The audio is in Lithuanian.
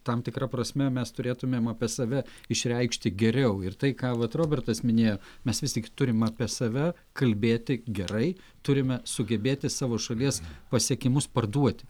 tam tikra prasme mes turėtumėm apie save išreikšti geriau ir tai ką vat robertas minėjo mes vis tik turim apie save kalbėti gerai turime sugebėti savo šalies pasiekimus parduoti